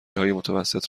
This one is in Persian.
متوسط